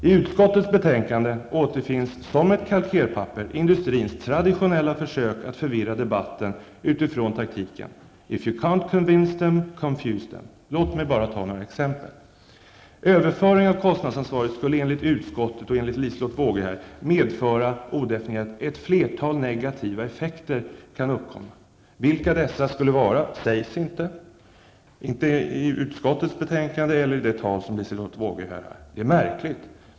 I utskottets betänkande återfinns, som ett kalkerpapper, industrins traditionella försök att förvirra debatten utifrån taktiken, ''If you can't convince them -- confuse them''. Låt mig bara ta några exempel. Överföringen av kostnadsansvaret skulle enligt utskottet och Liselotte Wågö medföra att ''ett flertal negativa effekter kan uppkomma''. Vilka dessa skulle vara sägs inte, vare sig i utskottsbetänkandet eller i det tal som Liselotte Wågö här höll. Det är märkligt.